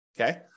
Okay